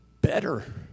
Better